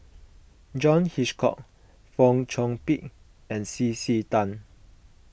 John Hitchcock Fong Chong Pik and C C Tan